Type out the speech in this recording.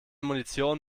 munition